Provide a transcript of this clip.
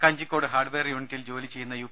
Kanjikode hardware യൂണിറ്റിൽ ജോലി ചെയ്യുന്ന യു